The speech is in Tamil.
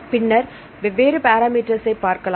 பின்னர் வெவ்வேறு பேராமீட்டர்ஸ் ஐ பார்க்கலாம்